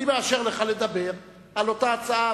אני מאפשר לך לדבר על אותה הצעה,